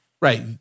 Right